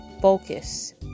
focus